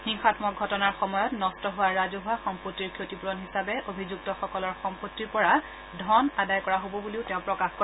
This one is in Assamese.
হিংসামক ঘটনাৰ সময়ত নষ্ট হোৱা ৰাজহুৱা সম্পত্তিৰ ক্ষতিপূৰণ হিচাপে অভিযুক্তসকলৰ সম্পত্তিৰ পৰা ধন আদায় কৰা হ'ব বুলিও তেওঁ প্ৰকাশ কৰে